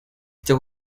icya